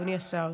אדוני השר.